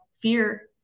fear